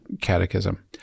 catechism